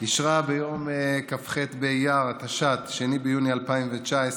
אישרה ביום כ"ח באייר התשע"ט, 2 ביוני 2019,